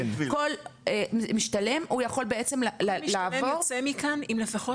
כל משתלם הוא יכול בעצם לעבור - כל משתלם יוצא מכאן עם לפחות